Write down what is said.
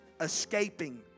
escaping